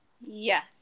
Yes